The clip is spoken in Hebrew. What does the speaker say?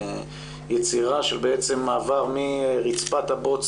והיצירה של בעצם מעבר מרצפת הבוץ,